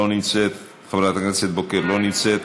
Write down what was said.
לא נמצאת, חברת הכנסת בוקר, לא נמצאת,